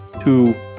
two